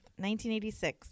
1986